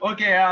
Okay